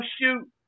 shoot